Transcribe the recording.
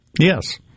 Yes